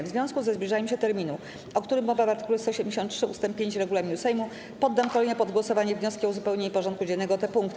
W związku ze zbliżaniem się terminu, o którym mowa w art. 173 ust. 5 regulaminu Sejmu, poddam kolejno pod głosowanie wnioski o uzupełnienie porządku dziennego o te punkty.